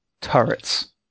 turrets